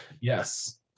Yes